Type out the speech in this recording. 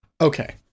Okay